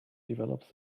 develops